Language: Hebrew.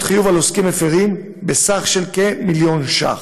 חיוב על עוסקים מפרים בסך כמיליון ש"ח.